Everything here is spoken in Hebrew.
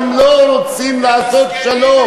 אתם לא רוצים לעשות שלום.